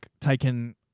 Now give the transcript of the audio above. taken